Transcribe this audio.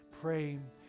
praying